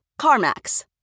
CarMax